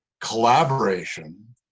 collaboration